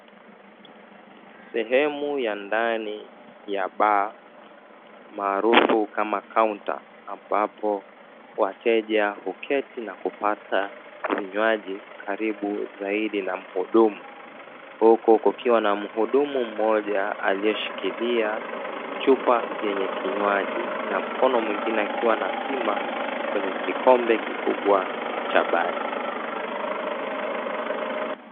Sehemu ya ndani ya baa maarufu kama kaunta, ambapo wateja huketi na kupata vinywaji karibu zaidi na mhudumu, huku kukiwa na mhudumu mmoja aliyeshikilia chupa yenye kinywaji na mkono mwingine akiwa na anapima kwenye kikombe kikubwa cha bati.